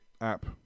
app